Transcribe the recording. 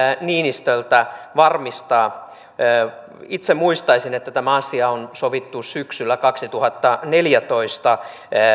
niinistöltä varmistaa tämän itse muistaisin että tämä asia on sovittu syksyllä kaksituhattaneljätoista